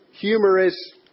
humorous